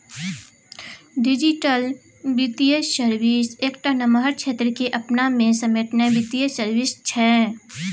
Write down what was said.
digital बित्तीय service एकटा नमहर क्षेत्र केँ अपना मे समेटने बित्तीय सर्विस छै